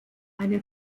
eine